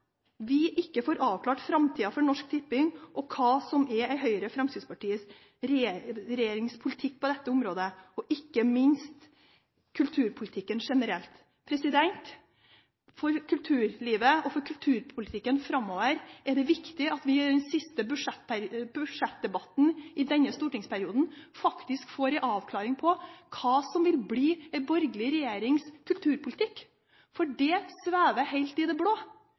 vi ikke får avklart framtida for Norsk Tipping og hva som er en Høyre/Fremskrittsparti-regjerings politikk på dette området – og ikke minst i kulturpolitikken generelt. For kulturlivet og for kulturpolitikken framover er det viktig at vi i den siste budsjettdebatten i denne stortingsperioden faktisk får en avklaring på hva som vil bli en borgerlig regjerings kulturpolitikk, for det svever helt i det blå.